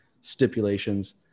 stipulations